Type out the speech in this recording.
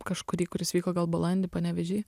kažkurį kuris vyko gal balandį panevėžy